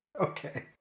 okay